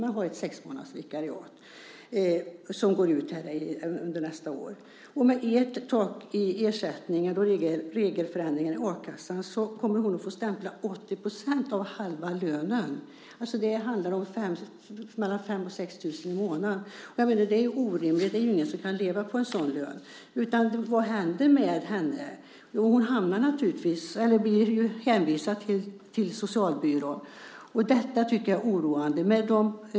Hon har bara ett vikariat på sex månader som går ut nästa år. Med ert tak i ersättningen och regelförändringen i a-kassan kommer hon att få stämpla 80 % av halva lönen. Det handlar om mellan 5 000 och 6 000 kr i månaden. Det är orimligt. Det är ingen som kan leva på en sådan lön. Vad händer med henne? Hon blir ju hänvisad till socialbyrån. Detta tycker jag är oroande.